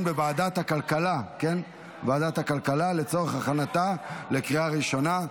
בוועדת הכלכלה לצורך הכנתה לקריאה ראשונה.